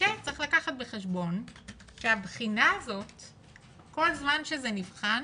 צריך לקחת בחשבון שכל זמן שזה נבחן,